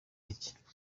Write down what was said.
intege